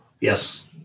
Yes